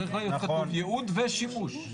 צריך להיות כתוב ייעוד ושימוש.